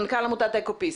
מנכ"ל עמותת אקופיס,